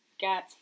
Got